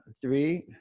three